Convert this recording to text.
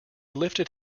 lifted